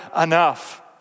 enough